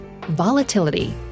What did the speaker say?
volatility